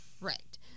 Right